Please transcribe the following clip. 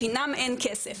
חינם אין כסף,